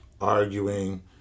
Arguing